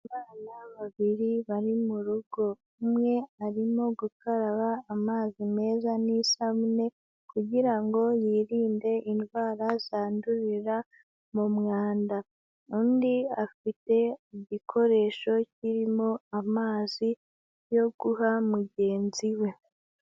Abana babiri bari mu rugo, umwe arimo gukaraba amazi meza n'isabune kugira ngo yirinde indwara zandurira mu mwanda, undi afite igikoresho kirimo amazi yo guha mugenzi we.